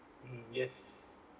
mm yes